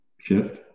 shift